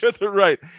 right